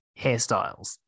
hairstyles